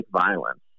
violence